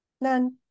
none